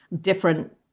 different